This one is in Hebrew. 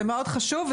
זה חשוב מאוד.